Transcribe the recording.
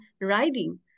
writing